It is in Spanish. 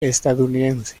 estadounidense